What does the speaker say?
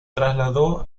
trasladó